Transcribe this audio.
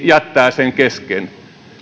jättää sen kesken